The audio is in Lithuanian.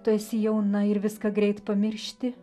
tu esi jauna ir viską greit pamiršti